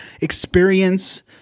experience